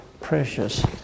precious